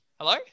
Hello